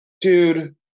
dude